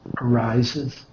arises